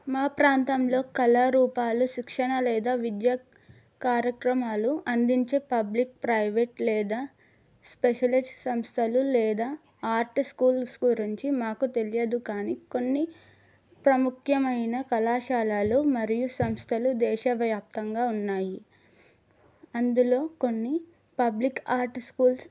మా ప్రాంతంలో కళారూపాలు శిక్షణ లేదా విద్య కార్యక్రమాలు అందించే పబ్లిక్ ప్రైవేట్ లేదా స్పెషలిస్ట్ సంస్థలు లేదా ఆర్ట్ స్కూల్స్ గురించి మాకు తెలియదు కానీ కొన్ని ప్రముఖ్యమైన కళాశాలలు మరియు సంస్థలు దేశవ్యాప్తంగా ఉన్నాయి అందులో కొన్ని పబ్లిక్ ఆర్ట్ స్కూల్స్